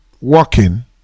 working